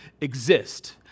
exist